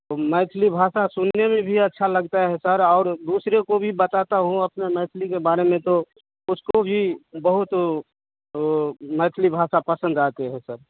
वो मैथिली भाषा सुनने में भी अच्छा लगता है सर और दूसरे को भी बताता हूँ अपना मैथिली के बारे में तो उसको भी बहुत मैथिली भाषा पसंद आती है सर